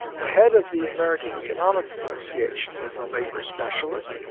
the head of the american economic association was a labor specialist,